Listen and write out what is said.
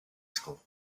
school